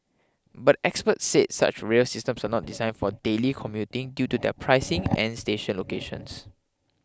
but experts said such rail systems are not design for daily commuting due to their pricing and station locations